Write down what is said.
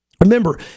Remember